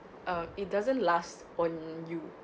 uh it doesn't last on you